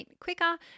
quicker